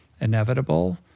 inevitable